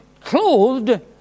clothed